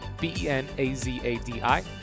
B-E-N-A-Z-A-D-I